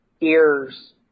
ears